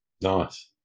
nice